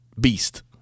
beast